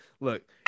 Look